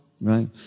Right